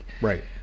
Right